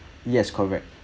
yes correct